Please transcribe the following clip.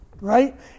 Right